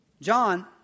John